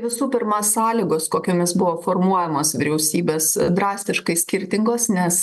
visų pirma sąlygos kokiomis buvo formuojamos vyriausybės drastiškai skirtingos nes